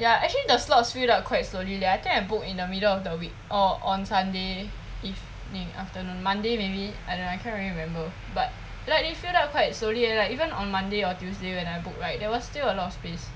ya actually the slots fill up quite slowly leh I think I booked in the middle of the week or on sunday evening afternoon monday maybe and I don't I can't really remember but like it fill up quite slowly leh like even on monday or tuesday when I book right there was still a lot of space